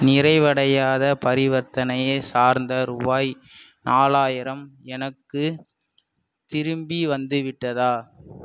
நிறைவடையாத பரிவர்த்தனை சார்ந்த ரூபாய் நாலாயிரம் எனக்குத் திரும்பி வந்துவிட்டதா